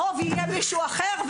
הרוב יהיה מישהו אחר.